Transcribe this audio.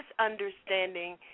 misunderstanding